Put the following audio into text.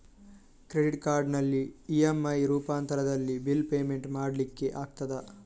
Credit ಕಾರ್ಡಿನಲ್ಲಿ EMI ರೂಪಾಂತರದಲ್ಲಿ bill payment ಮಾಡ್ಲಿಕ್ಕೆ ಆಗ್ತದ?